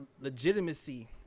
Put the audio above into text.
legitimacy